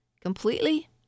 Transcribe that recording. completely